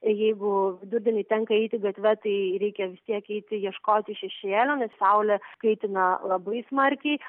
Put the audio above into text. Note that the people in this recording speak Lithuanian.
jeigu vidurdienį tenka eiti gatve tai reikia vis tiek eiti ieškoti šešėlio saulė kaitina labai smarkiai